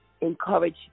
encourage